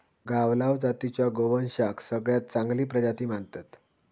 गावलाव जातीच्या गोवंशाक सगळ्यात चांगली प्रजाती मानतत